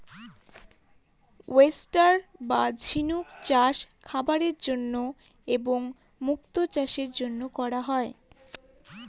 oyster বা ঝিনুক চাষ খাবারের জন্য এবং মুক্তো চাষের জন্য করা হয়